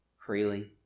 freely